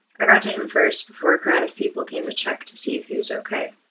i got to him first, before a crowd of people came to check to see if he was okay.